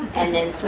and then